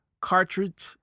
cartridge